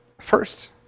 First